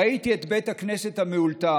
ראיתי את בית הכנסת המאולתר,